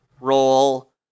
roll